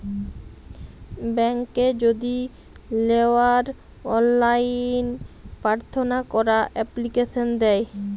ব্যাংকে যদি লেওয়ার অললাইন পার্থনা ক্যরা এপ্লিকেশন দেয়